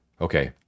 Okay